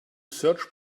search